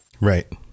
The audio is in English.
right